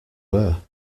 were